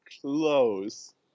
Close